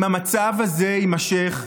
אם המצב הזה יימשך,